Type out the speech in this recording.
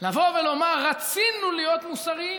לבוא ולומר: רצינו להיות מוסריים